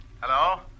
Hello